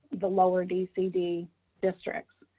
the lower dcd districts.